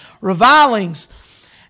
revilings